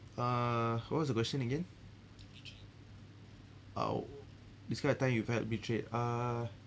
uh what was the question again !ow! describe a time you felt betrayed ah